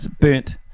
burnt